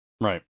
Right